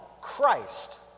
Christ